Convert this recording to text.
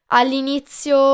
all'inizio